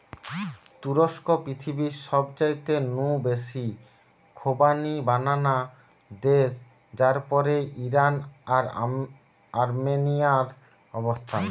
তুরস্ক পৃথিবীর সবচাইতে নু বেশি খোবানি বানানা দেশ যার পরেই ইরান আর আর্মেনিয়ার অবস্থান